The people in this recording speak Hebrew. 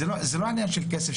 זה לא עניין של כסף,